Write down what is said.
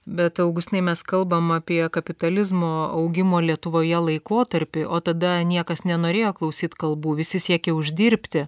bet augustinai mes kalbam apie kapitalizmo augimo lietuvoje laikotarpį o tada niekas nenorėjo klausyt kalbų visi siekė uždirbti